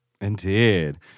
Indeed